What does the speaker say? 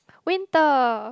winter